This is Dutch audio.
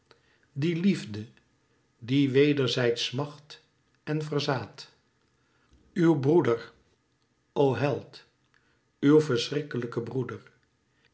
die liefde die wederzijds smacht en verzaadt uw broeder o held uw verschriklijke broeder